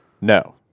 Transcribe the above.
No